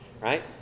Right